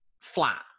flat